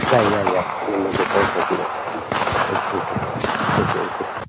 ꯌꯥꯏ ꯌꯥꯏ ꯌꯥꯏ ꯁꯤ ꯅꯝꯕꯔꯁꯤꯗ ꯄꯥꯎ ꯐꯥꯎꯕꯤꯔꯛꯑꯣ ꯑꯣꯀꯦ ꯑꯣꯀꯦ ꯑꯣꯀꯦ ꯑꯣꯀꯦ